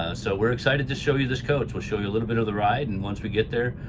um so we're excited to show you this coach. we'll show you a little bit of the ride and once we get there,